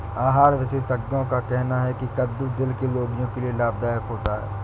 आहार विशेषज्ञों का कहना है की कद्दू दिल के रोगियों के लिए लाभदायक होता है